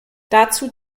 dazu